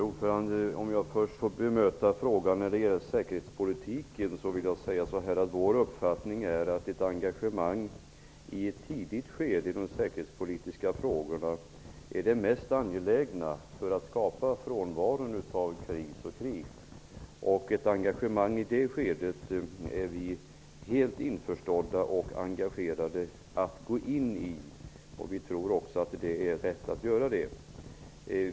Herr talman! Först vill jag säga till Bengt Hurtig att vår uppfattning är att ett engagemang i ett tidigt skede i de säkerhetspolitiska frågorna är det mest angelägna för att skapa frånvaro av kriser och krig. Vi är alltså för att Sverige engagerar sig i säkerhetspolitiken i ett sådant tidigt skede.